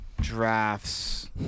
drafts